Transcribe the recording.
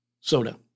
soda